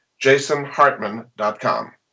jasonhartman.com